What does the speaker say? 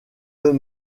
eux